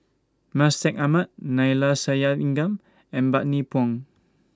Mustaq Ahmad Neila Sathyalingam and Bani Buang